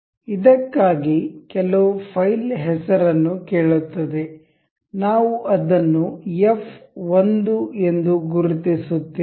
ಇದಕ್ಕಾಗಿ ಕೆಲವು ಫೈಲ್ ಹೆಸರನ್ನು ಕೇಳುತ್ತದೆ ನಾವು ಅದನ್ನು ಎಫ್ 1 ಎಂದು ಗುರುತಿಸುತ್ತೇವೆ